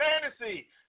fantasy